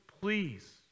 please